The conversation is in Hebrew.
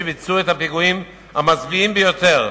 שביצעו את הפיגועים המזוויעים ביותר,